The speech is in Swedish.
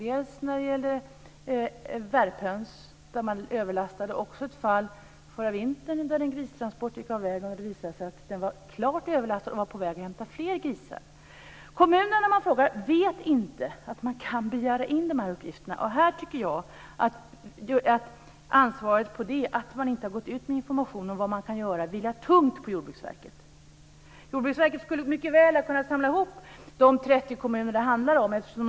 Det gällde dels ett fall med överlast av värphöns, dels ett fall förra vintern med en gristransport som gick av vägen. Det visade sig att transporten var klart överlastad och på väg att hämta fler grisar. De kommuner man frågar vet inte att de kan begära in de här uppgifterna. På den här punkten tycker jag att ansvaret för att man inte har gått ut med information om vad som kan göras vilar tungt på Jordbruksverket. Jordbruksverket skulle mycket väl ha kunnat samla ihop de 30 kommuner det handlar om.